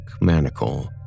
manacle